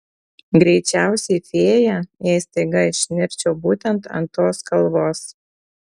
greičiausiai fėja jei staiga išnirčiau būtent ant tos kalvos